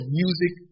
music